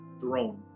throne